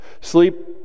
Sleep